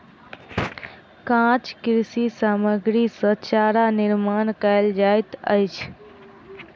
काँच कृषि सामग्री सॅ चारा निर्माण कयल जाइत अछि